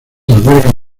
albergan